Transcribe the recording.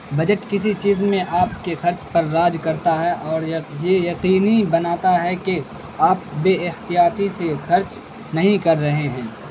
budget کسی چیز میں آپ کے خرچ پر راج کرتا ہے اور یہ یقینی بناتا ہے کہ آپ بے احتیاطی سے خرچ نہیں کر رہے ہیں